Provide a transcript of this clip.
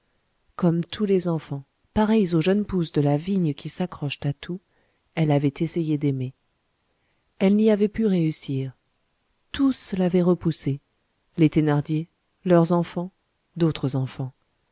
comme tous les enfants pareils aux jeunes pousses de la vigne qui s'accrochent à tout elle avait essayé d'aimer elle n'y avait pu réussir tous l'avaient repoussée les thénardier leurs enfants d'autres enfants